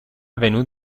venut